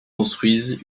construisent